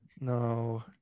no